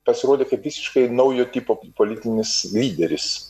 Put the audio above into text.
pasirodė kaip visiškai naujo tipo politinis lyderis